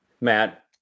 Matt